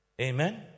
Amen